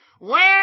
Where